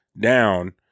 down